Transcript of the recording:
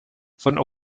von